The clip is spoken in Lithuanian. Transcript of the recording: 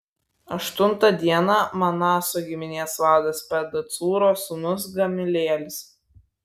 aštuntą dieną manaso giminės vadas pedacūro sūnus gamelielis